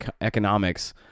economics